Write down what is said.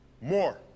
More